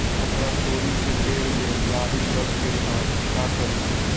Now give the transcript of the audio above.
हमरा तोरी के पेड़ में लाही लग गेल है का करी?